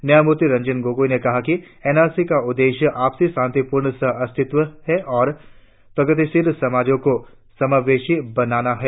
न्यायमूर्ति रंजन गोगोई ने कहा कि एनआरसी का उद्देश्य आपसी शांतिपूर्ण सह अस्तित्व है और प्रगतिशील समाजों को समावेशी बनना होगा